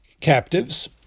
captives